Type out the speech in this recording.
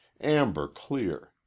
amber-clear